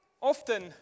often